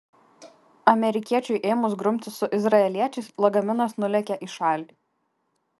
amerikiečiui ėmus grumtis su izraeliečiais lagaminas nulėkė į šalį